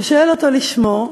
הוא שואל אותו לשמו,